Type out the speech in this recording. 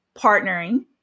Partnering